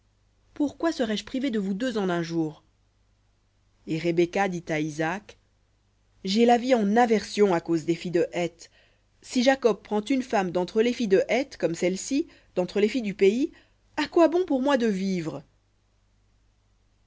pourquoi serais-je privée de vous deux en un jour et rebecca dit à isaac j'ai la vie en aversion à cause des filles de heth si jacob prend une femme d'entre les filles de heth comme celles-ci d'entre les filles du pays à quoi bon pour moi de vivre